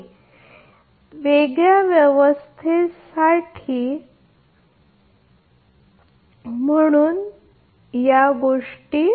खरं तर वेगळ्या व्यवस्थेसाठी रेस्ट नव्हती इथे ही आहे म्हणूनच वेगळ्या प्रकरणात आधी त्याच गोष्टीमध्ये उणे पडले